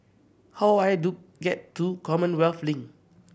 how I do get to Commonwealth Link